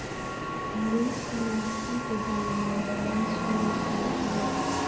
हरी इलायची के दाम आसमान छू रहलय हई